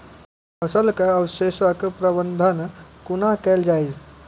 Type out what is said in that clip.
फसलक अवशेषक प्रबंधन कूना केल जाये?